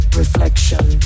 reflection